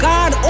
God